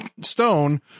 Stone